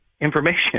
information